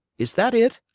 is that it?